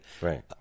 Right